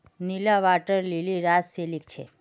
नीला water lily रात के खिल छे